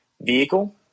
vehicle